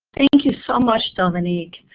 thank you so much, dominique.